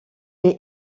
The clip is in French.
est